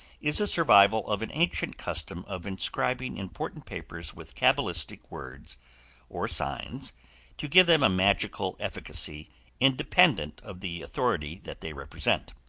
is a survival of an ancient custom of inscribing important papers with cabalistic words or signs to give them a magical efficacy independent of the authority that they represent.